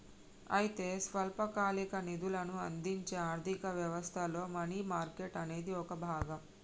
అయితే స్వల్పకాలిక నిధులను అందించే ఆర్థిక వ్యవస్థలో మనీ మార్కెట్ అనేది ఒక భాగం